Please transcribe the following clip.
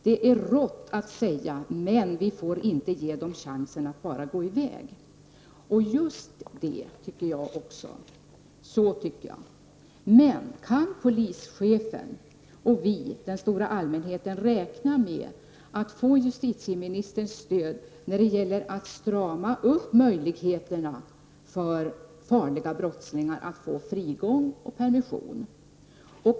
Det är rått att säga, men vi får inte ge dem chansen att bara gå iväg.” Just så tycker jag också. Kan polischefen och vi, den stora allmänheten, räkna med att få justitieministerns stöd när det gäller att strama upp möjligheterna för farliga brottslingar att få frigång och permission?